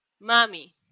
Mommy